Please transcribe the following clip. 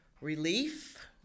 Relief